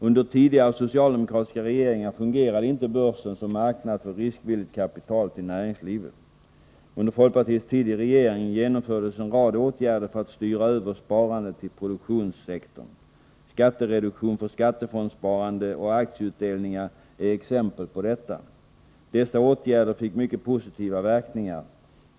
Under tidigare socialdemokratiska regeringar fungerade inte börsen som marknad för riskvilligt kapital till näringslivet. Under folkpartiets tid i regering genomfördes en rad åtgärder för att styra över sparandet till produktionssektorn. Skattereduktion för skattefondssparande och aktieutdelningar är exempel på detta. Dessa åtgärder fick mycket positiva verkningar.